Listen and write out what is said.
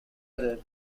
other